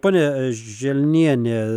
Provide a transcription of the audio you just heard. ponia želniene